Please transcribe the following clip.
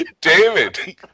David